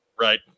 Right